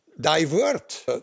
divert